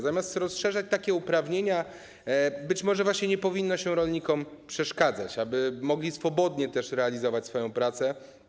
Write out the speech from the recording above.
Zamiast rozszerzać takie uprawnienia, być może właśnie nie powinno się rolnikom przeszkadzać, aby mogli swobodnie realizować swoją pracę.